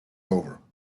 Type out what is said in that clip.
over